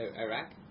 Iraq